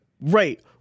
Right